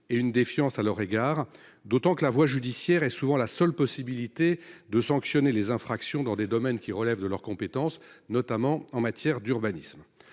et une défiance à leur égard, d'autant que la voie judiciaire est bien souvent la seule qui permette de sanctionner les infractions dans des domaines relevant de leurs compétences, notamment en matière d'urbanisme.